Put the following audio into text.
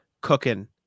cooking